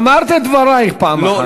אמרת את דברייך פעם אחת.